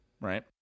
right